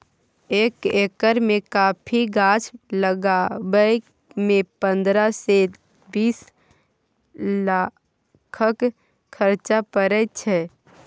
एक एकर मे कॉफी गाछ लगाबय मे पंद्रह सँ बीस लाखक खरचा परय छै